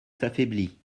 s’affaiblit